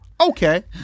okay